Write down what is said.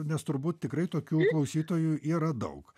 nes turbūt tikrai tokių klausytojų yra daug